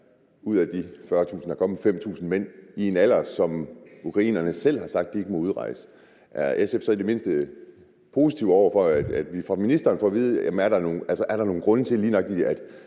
ud af de 40.000, der er kommet, er 5.000 mænd i en alder, hvor ukrainerne selv har sagt, at de ikke må udrejse – så i det mindste er positive over for, at vi af ministeren får at vide, om der er nogen grunde til, at lige nøjagtig